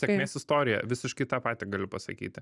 sėkmės istorija visiškai tą patį galiu pasakyti